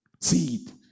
seed